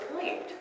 point